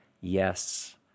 yes